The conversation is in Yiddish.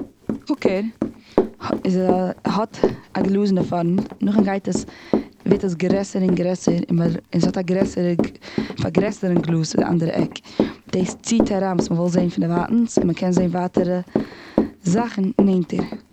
קוקער איז א- האט א גלאז און די פארנט נאכדעם גייט עס, ווערט עס גרעסער און גרעסער, און מ'- און ס'האט א גרעסערע ג'- פארגרעסערונג גלאז די אנדערע עק. דאס ציט אריין וואס מ'וויל זען פינדערווייטענס און מ'קען זעען ווייטערע זאכן נענטער.